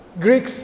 Greeks